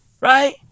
Right